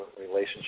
relationship